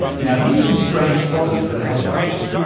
now here's some strange properties of the hash function.